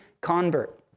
convert